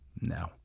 no